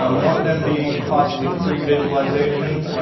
um one of them being possibly pre-visualization.